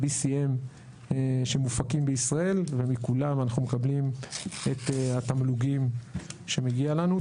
ב-BCM22 שמופקים בישראל ומכולם אנחנו מקבלים את התמלוגים שמגיע לנו.